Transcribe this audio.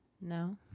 No